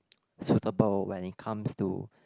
so the problem when it comes to